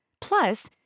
Plus